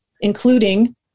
including